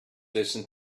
listen